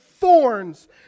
Thorns